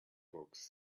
books